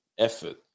Effort